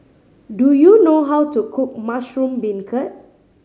do you know how to cook mushroom beancurd